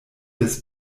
des